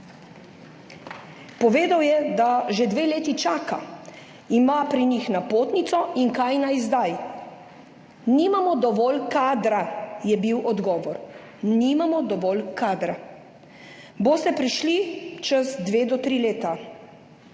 Povedal je, da že 2 leti čaka, ima pri njih napotnico in kaj naj zdaj. »Nimamo dovolj kadra«, je bil odgovor. »Nimamo dovolj kadra, boste prišli čez 2 do 3 leta.«